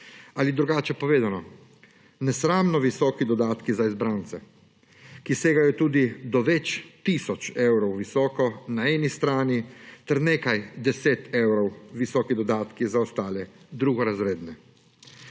Ali drugače povedano, nesramno visoki dodatki za izbrance, ki segajo tudi do več tisoč evrov visoko na eni strani, ter nekaj 10 evrov visoki dodatki za ostale drugorazredne.